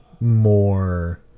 more